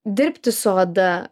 dirbti su oda